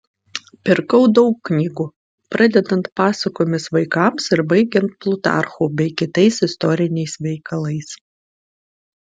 pirkau daug knygų pradedant pasakomis vaikams ir baigiant plutarchu bei kitais istoriniais veikalais